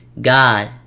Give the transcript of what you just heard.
God